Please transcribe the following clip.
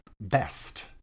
best